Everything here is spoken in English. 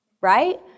right